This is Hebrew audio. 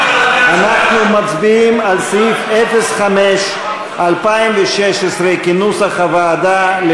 אנחנו מצביעים על סעיף 05, 2016, כנוסח הוועדה.